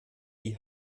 die